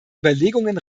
überlegungen